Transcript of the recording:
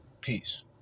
Peace